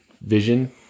vision